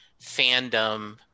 fandom